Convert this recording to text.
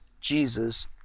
Jesus